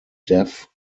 deaf